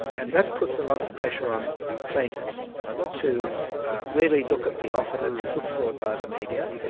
and that puts a lot of pressure on plaintiffs to really look at the offer that's put forward by the media,